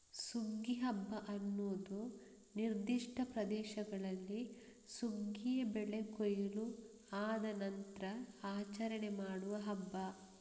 ಸುಗ್ಗಿ ಹಬ್ಬ ಅನ್ನುದು ನಿರ್ದಿಷ್ಟ ಪ್ರದೇಶಗಳಲ್ಲಿ ಸುಗ್ಗಿಯ ಬೆಳೆ ಕೊಯ್ಲು ಆದ ನಂತ್ರ ಆಚರಣೆ ಮಾಡುವ ಹಬ್ಬ